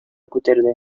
күтәрде